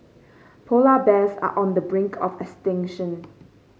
polar bears are on the brink of extinction